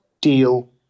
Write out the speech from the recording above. deal